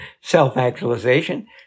self-actualization